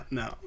no